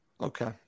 Okay